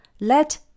Let